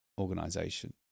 organization